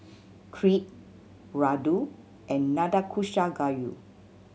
Crepe Ladoo and Nanakusa Gayu